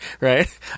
Right